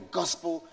gospel